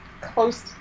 close